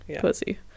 pussy